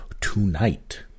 tonight